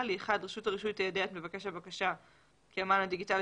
רשות הרישוי תיידע את מבקש הבקשה כי המען הדיגיטלי